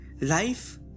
Life